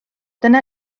dyna